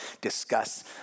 discuss